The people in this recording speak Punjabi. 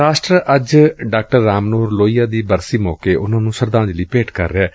ਰਾਸ਼ਟਰ ਅੱਜ ਡਾ ਰਾਮ ਮਨੋਹਰ ਲੋਹੀਆ ਦੀ ਬਰਸੀ ਮੌਕੇ ਉਨ੍ਹਾਂ ਨੂੰ ਸ਼ਰਧਾਂਜਲੀ ਭੇਂਟ ਕਰ ਰਿਹੈ